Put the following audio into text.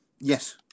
yes